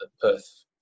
Perth